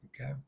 okay